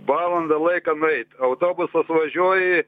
valandą laiko nueit autobusas važiuoja